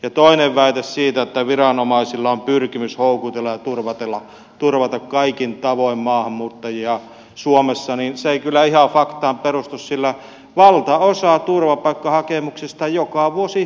ja toinen väite se että viranomaisilla on pyrkimys houkutella kaikin tavoin maahanmuuttajia suomeen ei kyllä ihan faktaan perustu sillä valtaosa turvapaikkahakemuksista joka vuosi hylätään